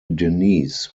denise